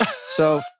So-